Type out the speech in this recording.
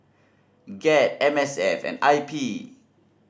GED M S F and I P